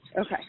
Okay